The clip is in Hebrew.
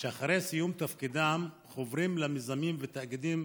שאחרי סיום תפקידם חוברים למיזמים ותאגידים